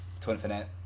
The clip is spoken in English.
Twinfinite